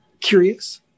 curious